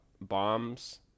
bombs